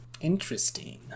Interesting